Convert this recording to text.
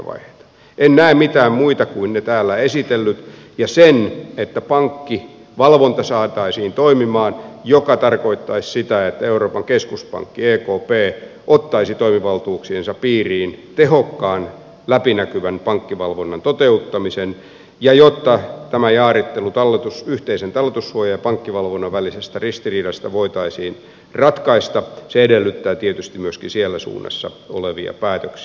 en näe mitään muita kuin ne täällä esitellyt ja sen että pankkivalvonta saataisiin toimimaan mikä tarkoittaisi sitä että euroopan keskuspankki ekp ottaisi toimivaltuuksiensa piiriin tehokkaan läpinäkyvän pankkivalvonnan toteuttamisen ja jotta tämä jaarittelu yhteisen talletussuojan ja pankkivalvonnan välisestä ristiriidasta voitaisiin ratkaista se edellyttää tietysti myöskin siellä suunnassa olevia päätöksiä